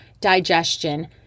digestion